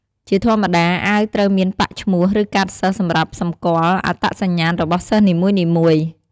ជាធម្មតា អាវត្រូវមានប៉ាកឈ្មោះ ឬកាតសិស្សសម្រាប់សម្គាល់អត្តសញ្ញាណរបស់សិស្សនីមួយៗ